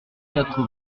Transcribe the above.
quatre